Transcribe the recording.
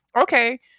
Okay